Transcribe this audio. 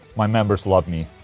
my members love me.